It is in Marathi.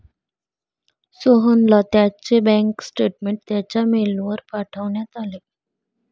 सोहनला त्याचे बँक स्टेटमेंट त्याच्या मेलवर पाठवण्यात आले